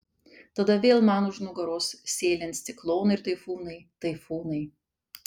tada vėl man už nugaros sėlins ciklonai ir taifūnai taifūnai